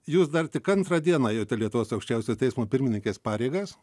jūs dar tik antrą dieną ėjote lietuvos aukščiausiojo teismo pirmininkės pareigas